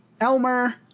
Elmer